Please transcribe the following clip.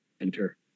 enter